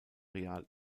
real